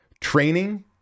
training